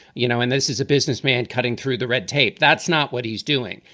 you know, and this is a business man cutting through the red tape. that's not what he's doing.